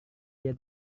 dia